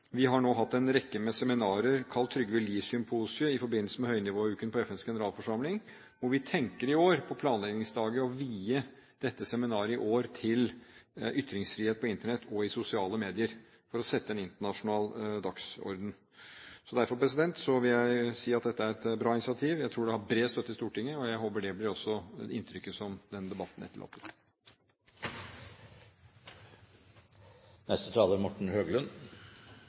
Vi har nå hatt en rekke seminarer kalt Trygve Lie-symposiet i forbindelse med høynivåuken på FNs generalforsamling. Vi tenker i år – på planleggingsstadiet – å vie dette seminaret til ytringsfrihet på Internett og i sosiale medier, for å sette en internasjonal dagsorden. Derfor vil jeg si at dette er et bra initiativ. Jeg tror det har bred støtte i Stortinget, og jeg håper det blir inntrykket denne debatten etterlater. Jeg skal ikke forlenge debatten unødig, men vil signalisere, med bakgrunn i signaler som er